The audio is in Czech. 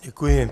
Děkuji.